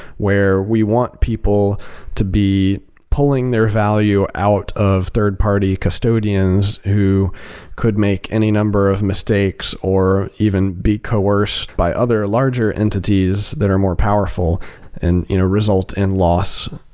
where we want people to be pulling their value out of third-party custodians who could make any number of mistakes or even be coerced by other larger entities that are more powerful and you know result in and loss,